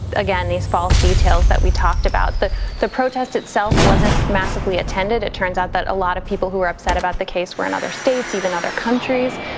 again, these false details that we talked about. the the protest itself wasn't massively attended. it turns out that a lot of people who were upset about the case were in other states, even other countries.